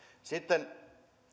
sitten